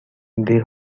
they